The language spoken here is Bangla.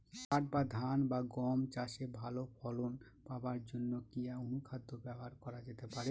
পাট বা ধান বা গম চাষে ভালো ফলন পাবার জন কি অনুখাদ্য ব্যবহার করা যেতে পারে?